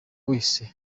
wese